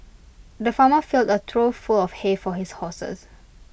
the farmer filled A trough full of hay for his horses